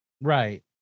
Right